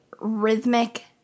rhythmic